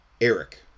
Eric